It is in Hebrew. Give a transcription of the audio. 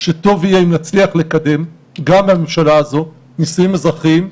שטוב יהיה אם נצליח לקדם גם בממשלה הזו נישואים אזרחיים,